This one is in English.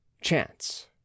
chance